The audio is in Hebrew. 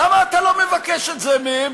למה אתה לא מבקש את זה מהם?